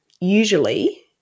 usually